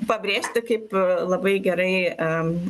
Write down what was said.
pabrėžti kaip labai gerai am